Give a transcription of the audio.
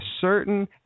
certain